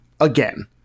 again